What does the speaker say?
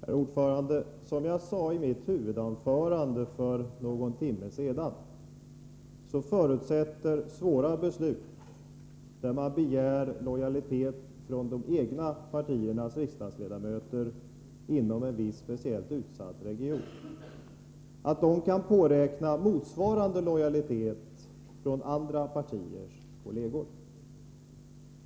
Herr talman! Som jag sade i mitt huvudanförande för någon timme sedan förutsätter svåra beslut, där man begär lojalitet från de egna partiernas riksdagsledamöter inom en viss speciellt utsatt region, att de kan påräkna motsvarande lojalitet från andra partiers kolleger.